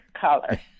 color